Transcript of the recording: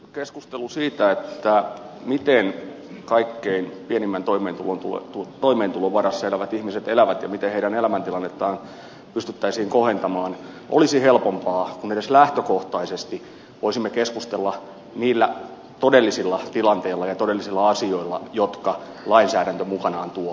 keskustelu siitä miten kaikkein pienimmän toimeentulon varassa elävät ihmiset elävät ja miten heidän elämäntilannettaan pystyttäisiin kohentamaan olisi helpompaa kun edes lähtökohtaisesti voisimme keskustella niistä todellisista tilanteista ja todellisista asioista jotka lainsäädäntö mukanaan tuo